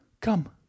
Come